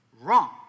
wrong